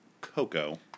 Coco